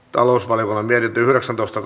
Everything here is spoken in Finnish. yhdeksäntoista